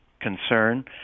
concern